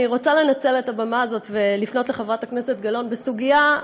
אני רוצה לנצל את הבמה הזאת ולפנות לחברת הכנסת גלאון בסוגיה,